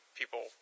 people